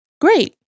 great